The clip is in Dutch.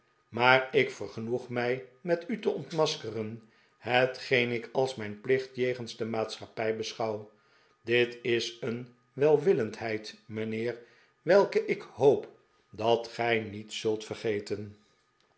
maar ik vergenoeg mij met u te ontmaskeren hetgeen ik als mijn plicht jegens de maatschappij beschouw dit is een welwillendheid mijnheer welke ik hoop dat gij niet zult vergeten